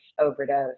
overdose